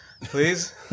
Please